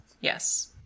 Yes